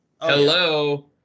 Hello